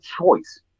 choice